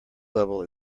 level